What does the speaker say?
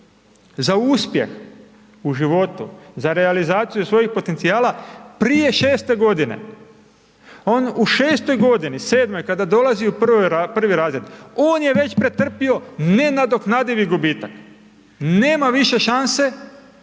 za uspjeh u životu, za realizaciju svojih potencijala prije 6 godine. On u 6 godini, 7 kada dolazi u prvi razred, on je već pretrpio nenadoknadivi gubitak. Nema više šanse